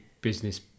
business